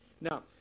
Now